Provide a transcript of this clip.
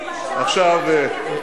אלקין שמע על זה?